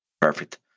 Perfect